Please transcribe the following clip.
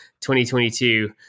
2022